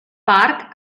park